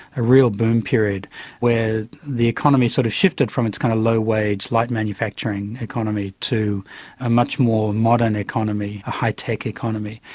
a real boom period where the economy sort of shifted from its kind of low wage, light manufacturing economy to a much more modern economy, a high-tech economy.